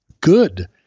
good